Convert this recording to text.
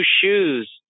shoes